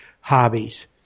Hobbies